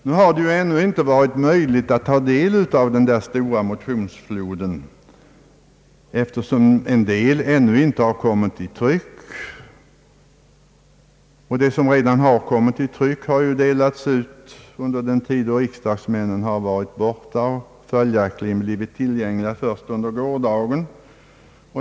Det har ännu inte varit möjligt att ta del av denna stora motionsflod, eftersom många motioner ännu inte kommit i tryck och de som redan kommit i tryck delats ut under tid då riksdagsmännen varit borta och följaktligen bilvit tillgängliga först under gårdagen.